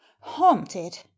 Haunted